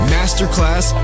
Masterclass